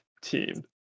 team